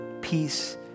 peace